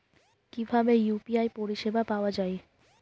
কিভাবে ইউ.পি.আই পরিসেবা পাওয়া য়ায়?